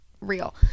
real